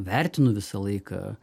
vertinu visą laiką